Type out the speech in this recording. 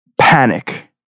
panic